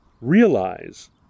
realize